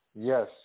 Yes